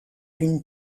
une